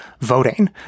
voting